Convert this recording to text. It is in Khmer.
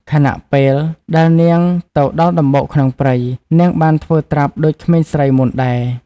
ខណៈពេលដែលនាងទៅដល់ដំបូកក្នុងព្រៃ នាងបានធ្វើត្រាប់ដូចក្មេងស្រីមុនដែរ។